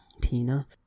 Tina